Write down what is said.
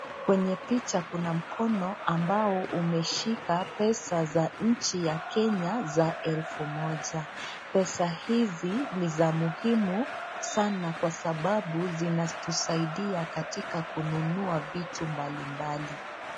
Kwenye picha kuna mkono ambao umeshika pesa za nchi ya Kenya za elfu moja. Pesa hizi ni za muhimu sana kwa sababu zinatusaidia katika kununua vitu mbalimbali.